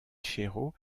cerro